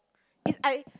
is I